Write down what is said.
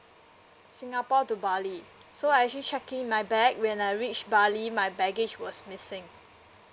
singapore to bali so I actually checked in my bag when I reached bali my baggage was missing